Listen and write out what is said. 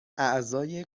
اعضای